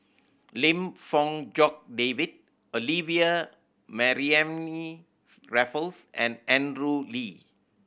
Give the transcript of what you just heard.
Lim Fong Jock David Olivia Mariamne Raffles and Andrew Lee